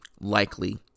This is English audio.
likely